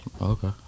Okay